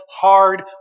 hard